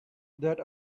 that